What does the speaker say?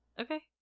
Okay